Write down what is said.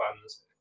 fans